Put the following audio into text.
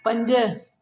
पंज